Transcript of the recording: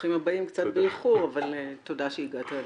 ברוכים הבאים קצת באיחור, אבל תודה שהגעת לדיון.